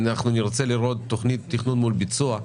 נרצה לראות תכנון מול ביצוע,